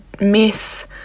miss